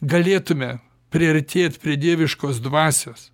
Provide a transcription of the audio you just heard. galėtume priartėt prie dieviškos dvasios